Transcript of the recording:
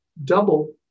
double